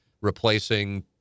replacing